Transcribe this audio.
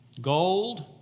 Gold